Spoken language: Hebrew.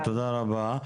תודה רבה.